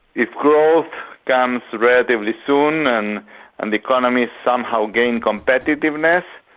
if growth comes relatively soon and and the economies somehow gain competitiveness,